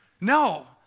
No